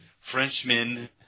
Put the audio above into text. Frenchmen